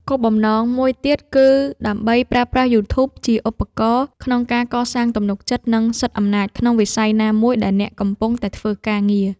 គោលបំណងមួយទៀតគឺដើម្បីប្រើប្រាស់ យូធូប ជាឧបករណ៍ក្នុងការកសាងទំនុកចិត្ត និងសិទ្ធិអំណាចក្នុងវិស័យណាមួយដែលអ្នកកំពុងតែធ្វើការងារ។